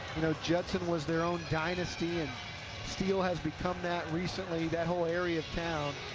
you know, judson was their own dynasty, and steele has become that recently, that whole area of town